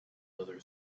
other